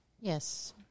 Yes